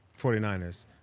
49ers